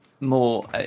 More